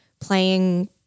playing